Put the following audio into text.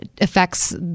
affects